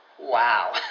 Wow